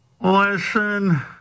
listen